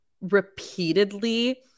repeatedly